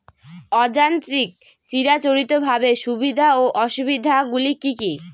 অযান্ত্রিক চিরাচরিতভাবে সুবিধা ও অসুবিধা গুলি কি কি?